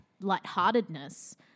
lightheartedness